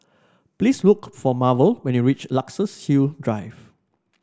please look for Marvel when you reach Luxus Hill Drive